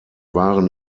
waren